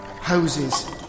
Houses